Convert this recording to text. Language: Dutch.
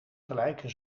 gelijke